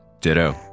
Ditto